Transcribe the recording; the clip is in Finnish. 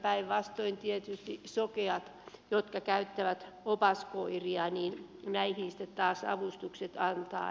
päinvastoin sokeille jotka käyttävät opaskoiria taas avustuksia annetaan